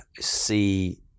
see